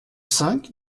cinq